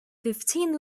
fifteen